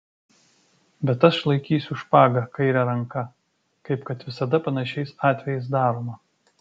bet aš laikysiu špagą kaire ranka kaip kad visada panašiais atvejais daroma